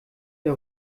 der